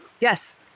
Yes